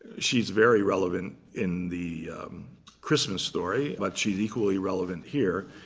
she's very relevant in the christmas story, but she's equally relevant here.